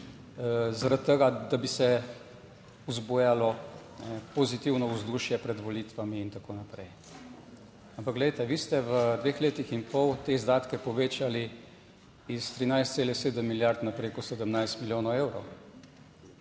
zaradi tega, da bi se vzbujalo pozitivno vzdušje pred volitvami in tako naprej. Ampak glejte, vi ste v dveh letih in pol te izdatke povečali iz 13,7 milijard na preko 17 milijonov evrov.